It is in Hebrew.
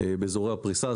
באזורי הפריסה,